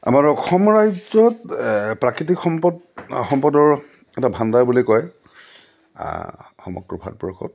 আমাৰ অসম ৰাজ্যত প্ৰাকৃতিক সম্পদ সম্পদৰ এটা ভাণ্ডাৰ বুলি কয় সমগ্ৰ ভাতবৰ্ষত